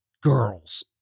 girls